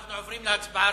אנחנו עוברים להצבעה.